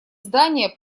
здания